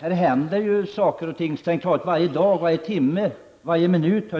Här händer ju saker och ting strängt taget varje dag, nästan var timme och var minut.